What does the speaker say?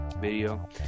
video